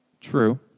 true